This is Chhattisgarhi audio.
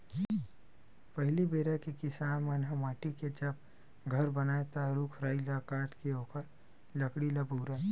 पहिली बेरा के किसान मन ह माटी के जब घर बनावय ता रूख राई ल काटके ओखर लकड़ी ल बउरय